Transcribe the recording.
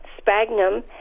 sphagnum